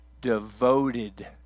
devoted